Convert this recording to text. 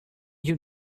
you